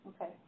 Okay